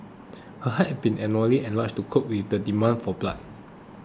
her heart had been abnormally enlarged to cope with the demand for blood